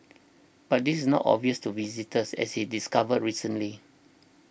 but this not obvious to visitors as he discovered recently